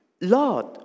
Lord